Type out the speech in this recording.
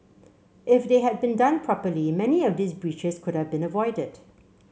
if they had been done properly many of these breaches could have been avoided